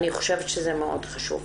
אני חושבת שזה מאוד חשוב.